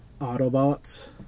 Autobots